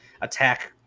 attack